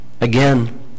Again